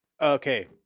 Okay